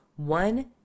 one